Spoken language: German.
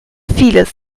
vieles